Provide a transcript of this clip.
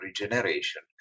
regeneration